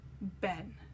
Ben